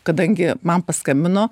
kadangi man paskambino